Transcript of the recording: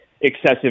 excessive